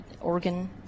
organ